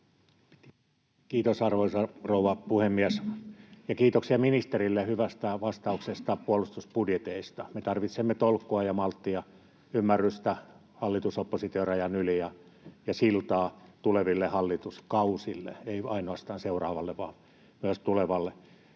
Kiitos, arvoisa rouva puhemies! Kiitoksia ministerille hyvästä vastauksesta puolustusbudjeteista. Me tarvitsemme tolkkua ja malttia, ymmärrystä hallitus—oppositio-rajan yli ja siltaa tuleville hallituskausille, ei ainoastaan seuraavalle, vaan myös tulevalle.